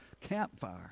campfire